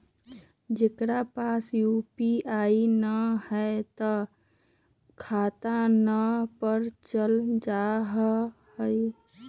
जेकरा पास यू.पी.आई न है त खाता नं पर चल जाह ई?